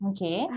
Okay